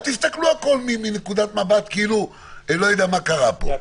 אל תסתכלו על הכול מנקודת מבט כאילו לא יודע מה קרה פה.